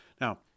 Now